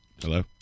Hello